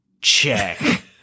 Check